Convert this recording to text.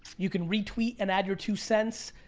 you can retweet and add your two cents.